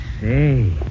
Say